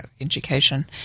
education